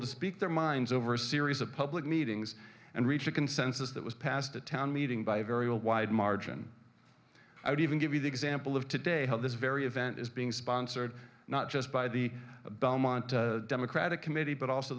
to speak their minds over a series of public meetings and reach a consensus that was passed a town meeting by a very a wide margin i would even give you the example of today how this very event is being sponsored not just by the belmont democratic committee but also